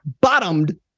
bottomed